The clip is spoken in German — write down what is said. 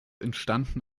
entstanden